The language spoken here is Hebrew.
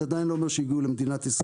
זה עדיין לא אומר שהגיעו למדינת ישראל.